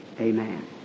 amen